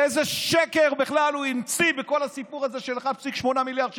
לאיזה שקר בכלל הוא המציא בכל הסיפור הזה של 1.8 מיליארד שקל.